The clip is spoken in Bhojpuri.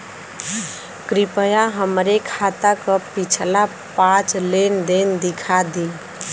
कृपया हमरे खाता क पिछला पांच लेन देन दिखा दी